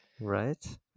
Right